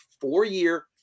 four-year